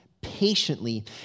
patiently